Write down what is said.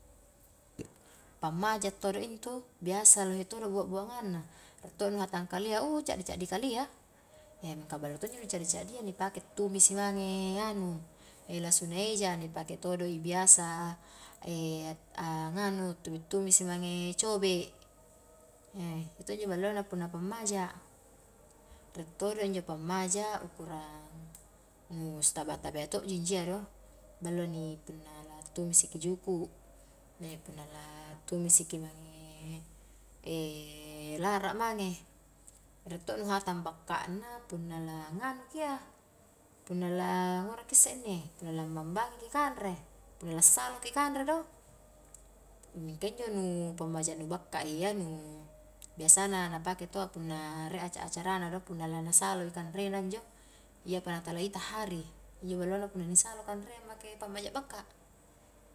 Pammaja todo intu, biasa lohe todo bua-buangangna, ka rie to nu hatang kalia caddi-caddi kalia, mingka ballo to injo nu caddi-caddia ni pake tumisi mange anu lasuna eja, ni pake todoi biasa a nganu tumi-tumisi mange cobe', iya to injo ballona punna pammaja, rie todo injo pammaja ukurang, nu sitaba-taba to'ji injiya do ballo ni punna la tumisi ki juku, punna la tumisi ki mange lara mange, rie to nu hatang bakka na punna la nganu ki iya, punna la ngurki isse inni puna lambambangiki kanre, punna la salo ki kanre do' mingka injo nu pammaja nu bakka a iya nu biasana na pake tau punna rie aca-acarana do, punna lana asalo i kanrena injo iyapa na tala itak hari, injo ballona punna ni salo kanrea ammake pammaja bakka.